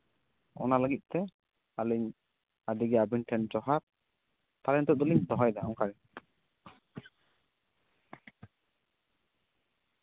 ᱚᱱᱟ ᱞᱟᱹᱜᱤᱫ ᱛᱮ ᱟᱹᱞᱤᱧ ᱟᱹᱰᱤ ᱜᱮ ᱟᱵᱤᱱ ᱴᱷᱮᱱ ᱡᱚᱦᱟᱨ ᱛᱟᱦᱚᱞᱮ ᱱᱤᱛᱳᱜ ᱫᱚᱞᱤᱧ ᱫᱚᱦᱚᱭᱮᱫᱟ ᱚᱱᱠᱟ ᱜᱮ